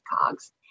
COGS